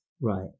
Right